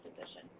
position